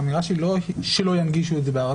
האמירה שלי היא לא שלא ינגישו את זה בערבית.